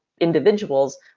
individuals